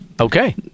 Okay